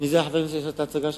מי היה חבר הכנסת שעשה את ההצגה שם,